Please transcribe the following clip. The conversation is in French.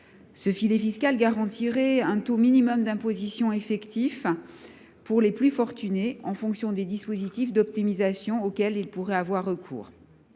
filet fiscal garantissant un taux minimum d’imposition effectif pour les plus fortunés, en fonction des dispositifs d’optimisation auxquels ils pourraient avoir recours.